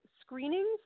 screenings